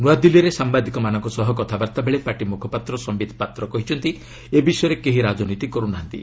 ନୂଆଦିଲ୍ଲୀରେ ସାମ୍ଭାଦିକମାନଙ୍କ ସହ କଥାବାର୍ତ୍ତା ବେଳେ ପାର୍ଟି ମୁଖପାତ୍ର ସିିିତ ପାତ୍ର କହିଛନ୍ତି ଏ ବିଷୟରେ କେହି ରାଜନୀତି କରୁନାହାନ୍ତି